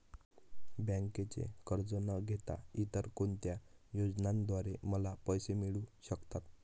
बँकेचे कर्ज न घेता इतर कोणत्या योजनांद्वारे मला पैसे मिळू शकतात?